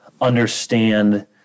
understand